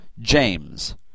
James